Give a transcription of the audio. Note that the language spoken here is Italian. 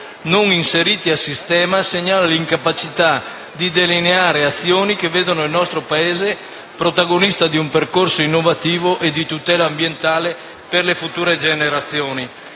non inseriti a sistema segnala l'incapacità di delineare azioni che vedano il nostro Paese protagonista di un percorso innovativo e di tutela ambientale per le future generazioni.